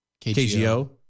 KGO